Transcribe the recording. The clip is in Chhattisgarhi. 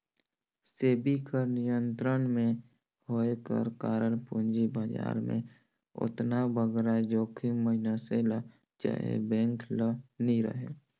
सेबी कर नियंत्रन में होए कर कारन पूंजी बजार में ओतना बगरा जोखिम मइनसे ल चहे बेंक ल नी रहें